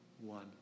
one